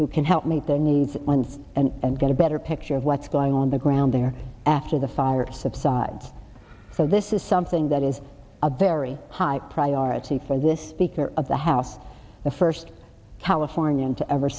who can help meet the needs ones and get a better picture of what's going on the ground there after the fire subsides so this is something that is a very high priority for this speaker of the house the first californian to ever